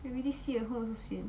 everyday sit at home also sian